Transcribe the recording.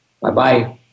Bye-bye